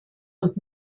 und